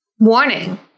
Warning